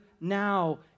now